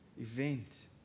event